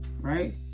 right